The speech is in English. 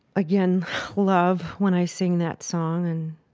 again love when i sing that song, and